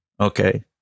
Okay